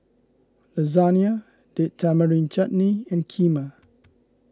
Lasagna Date Tamarind Chutney and Kheema